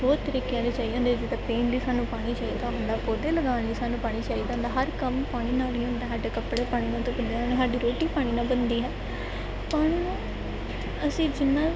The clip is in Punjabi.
ਬਹੁਤ ਤਰੀਕਿਆਂ ਲਈ ਚਾਹੀਦਾ ਹੁੰਦਾ ਜਿੱਦਾਂ ਪੀਣ ਲਈ ਸਾਨੂੰ ਪਾਣੀ ਚਾਹੀਦਾ ਹੁੰਦਾ ਪੌਦੇ ਲਗਾਉਣ ਲਈ ਸਾਨੂੰ ਪਾਣੀ ਚਾਹੀਦਾ ਹੁੰਦਾ ਹਰ ਕੰਮ ਪਾਣੀ ਨਾਲ ਹੀ ਹੁੰਦਾ ਸਾਡੇ ਕੱਪੜੇ ਪਾਣੀ ਨਾਲ ਧੋ ਹੁੰਦੇ ਹਨ ਸਾਡੀ ਰੋਟੀ ਵੀ ਪਾਣੀ ਨਾਲ ਬਣਦੀ ਹੈ ਪਾਣੀ ਨੂੰ ਅਸੀਂ ਜਿੰਨਾ